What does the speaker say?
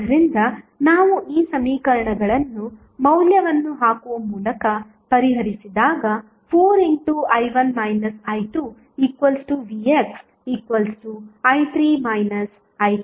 ಆದ್ದರಿಂದ ನಾವು ಈ ಸಮೀಕರಣಗಳನ್ನು ಮೌಲ್ಯವನ್ನು ಹಾಕುವ ಮೂಲಕ ಪರಿಹರಿಸಿದಾಗ 4i1 i2vxi3 i2 ಈಗ i15